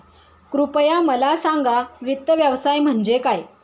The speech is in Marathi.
कृपया मला सांगा वित्त व्यवसाय म्हणजे काय?